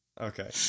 Okay